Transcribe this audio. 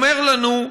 אומר לנו: